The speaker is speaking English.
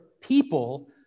people